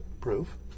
proof